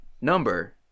number